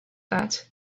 that